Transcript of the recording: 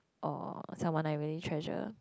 or someone I really treasure